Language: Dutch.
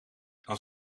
dan